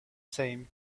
same